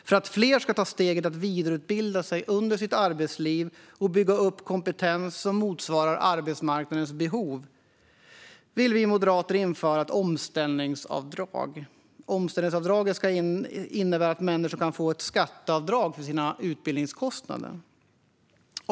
För att fler ska ta steget att vidareutbilda sig under sitt arbetsliv och bygga upp kompetens som motsvarar arbetsmarknadens behov vill vi moderater införa ett omställningsavdrag. Omställningsavdraget ska innebära att människor kan få ett skatteavdrag för sina utbildningskostnader.